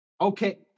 Okay